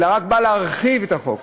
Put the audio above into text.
אלא רק באות להרחיב את החוק,